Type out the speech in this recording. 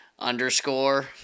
underscore